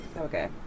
okay